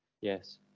Yes